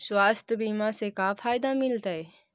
स्वास्थ्य बीमा से का फायदा मिलतै?